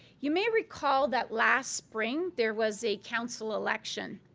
you may recall that last spring there was a council election,